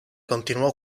continuò